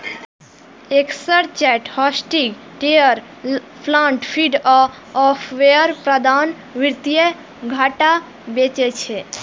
exchange, hosting, ticker plant feed आ software प्रदाता वित्तीय डाटा बेचै छै